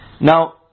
now